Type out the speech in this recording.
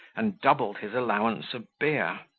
and doubled his allowance of beer.